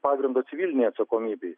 pagrindo civilinei atsakomybei